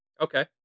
Okay